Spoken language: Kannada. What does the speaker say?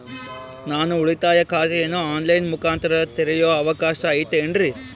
ನಾನು ಉಳಿತಾಯ ಖಾತೆಯನ್ನು ಆನ್ ಲೈನ್ ಮುಖಾಂತರ ತೆರಿಯೋ ಅವಕಾಶ ಐತೇನ್ರಿ?